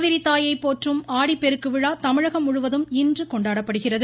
காவிரித்தாயை போற்றும் ஆடிப்பெருக்கு விழா தமிழகம் இன்று முழுவதும் கொண்டாடப்படுகிறது